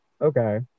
Okay